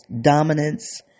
dominance